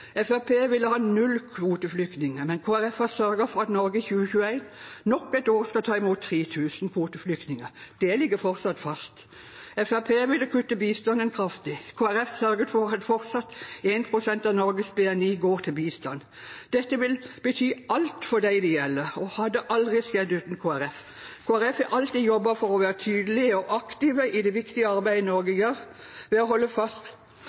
ville ha null kvoteflyktninger, men Kristelig Folkeparti har sørget for at Norge i 2021 nok et år skal ta imot 3 000 kvoteflyktninger. Det ligger fortsatt fast. Fremskrittspartiet ville kutte bistanden kraftig. Kristelig Folkeparti sørget for at 1 pst. av Norges BNI fortsatt går til bistand. Dette vil bety alt for dem det gjelder, og hadde aldri skjedd uten Kristelig Folkeparti. Kristelig Folkeparti har alltid jobbet for å være tydelig og aktiv i det viktige arbeidet Norge gjør, ved å holde fast